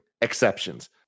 exceptions